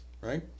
right